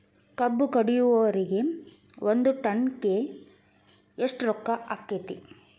ಕಬ್ಬು ಕಡಿಯುವರಿಗೆ ಒಂದ್ ಟನ್ ಗೆ ಎಷ್ಟ್ ರೊಕ್ಕ ಆಕ್ಕೆತಿ?